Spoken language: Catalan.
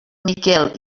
miquel